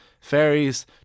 Fairies